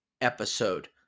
episode